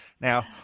Now